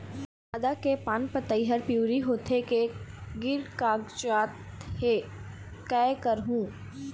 आदा के पान पतई हर पिवरी होथे के गिर कागजात हे, कै करहूं?